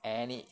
any~